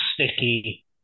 sticky